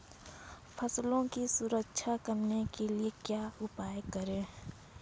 फसलों की सुरक्षा करने के लिए क्या उपाय करें?